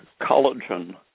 collagen